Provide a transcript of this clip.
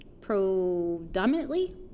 predominantly